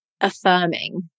affirming